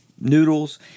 noodles